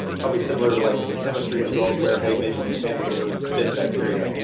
probably similar to like some chemistry results where, hey, maybe you can stand a little bit of bit of bacteria?